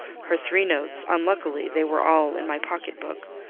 her three notes unluckily they were all in my pocketbook,